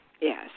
Yes